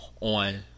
on